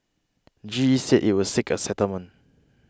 G E said it would seek a settlement